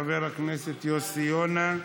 חבר הכנסת יוסי יונה,